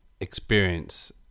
experience